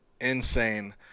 Insane